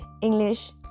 English